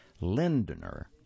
Lindner